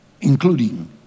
Including